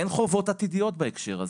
אין חובות עתידיות בהקשר הזה.